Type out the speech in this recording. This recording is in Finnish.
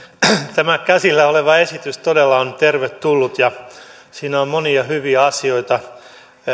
tämä käsillä oleva esitys todella on tervetullut ja siinä on monia hyviä asioita